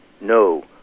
no